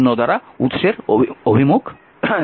চিহ্ন দ্বারা উৎসের অভিমুখ নির্দেশ করা হয়েছে